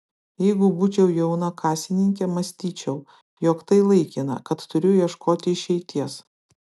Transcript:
jeigu būčiau jauna kasininkė mąstyčiau jog tai laikina kad turiu ieškoti išeities